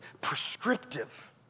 prescriptive